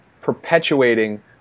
perpetuating